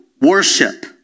worship